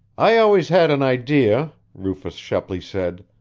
i always had an idea, rufus shepley said,